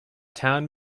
town